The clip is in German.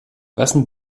wessen